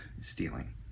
stealing